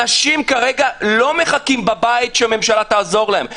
אנשים לא מחכים בבית, שהממשלה תעזור להם.